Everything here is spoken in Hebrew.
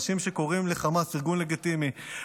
אנשים שקוראים לחמאס ארגון לגיטימי,